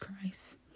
Christ